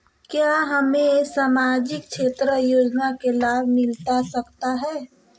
क्या हमें सामाजिक क्षेत्र योजना के लाभ मिलता सकता है?